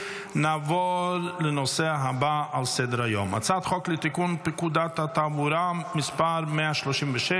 נעבור להצבעה בקריאה שלישית על הצעת חוק העונשין (תיקון מס' 150),